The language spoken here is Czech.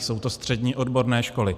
Jsou to střední odborné školy.